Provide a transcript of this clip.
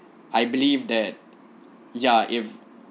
I believe that ya if